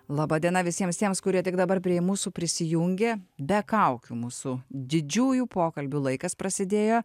laba diena visiems tiems kurie tik dabar prie mūsų prisijungia be kaukių mūsų didžiųjų pokalbių laikas prasidėjo